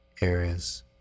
areas